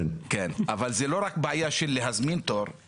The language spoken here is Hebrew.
אבל זו לא רק בעיה של להזמין תור,